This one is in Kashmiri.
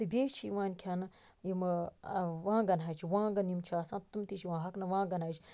بیٚیہِ چھِ یِوان کھیٚنہٕ یِمہ وانٛگَن ہَچہِ وانٛگَن یِم چھِ آسان تم تہِ چھِ یِوان ہۄکھنہٕ وانٛگَن ہَچہِ